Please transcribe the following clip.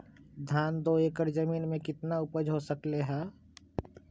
धान दो एकर जमीन में कितना उपज हो सकलेय ह?